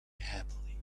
happily